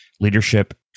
Leadership